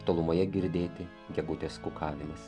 tolumoje girdėti gegutės kukavimas